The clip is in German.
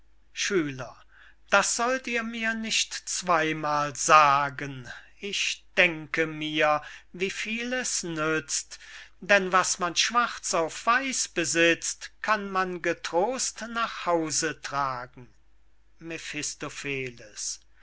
schüler das sollt ihr mir nicht zweymal sagen ich denke mir wie viel es nützt denn was man schwarz auf weiß besitzt kann man getrost nach hause tragen